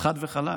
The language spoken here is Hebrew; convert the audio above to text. חד וחלק.